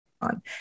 on